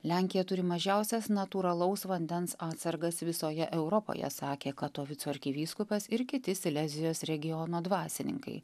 lenkija turi mažiausias natūralaus vandens atsargas visoje europoje sakė katovicų arkivyskupas ir kiti silezijos regiono dvasininkai